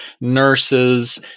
nurses